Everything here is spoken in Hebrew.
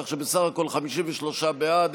כך שבסך הכול 53 בעד,